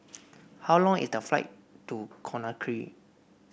how long is the flight to Conakry